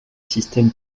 système